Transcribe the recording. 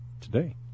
today